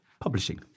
Publishing